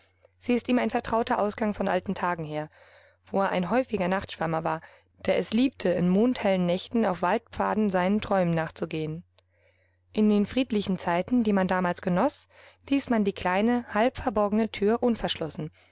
sie ist ihm ein vertrauter ausgang von alten tagen her wo er ein häufiger nachtschwärmer war der es liebte in mondhellen nächten auf waldpfaden seinen träumen nachzugehen in den friedlichen zeiten die man damals genoß ließ man die kleine halbverborgene tür unverschlossen